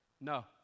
No